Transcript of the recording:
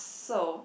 so